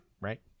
right